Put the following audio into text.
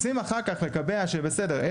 רוצים אחר כך לקבע שבסדר,